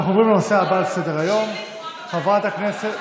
שיקלי תקוע במעלית.